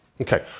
Okay